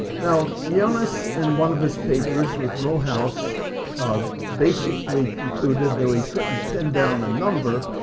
now yeah ioannis in one of his papers with muhlhaus um basically concluded, though he couldn't pin down a number,